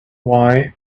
why